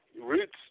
Roots